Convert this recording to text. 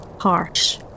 harsh